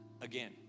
again